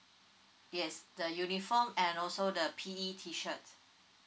yes the uniform and also the P_E T shirt